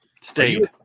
Stayed